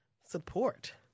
support